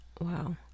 Wow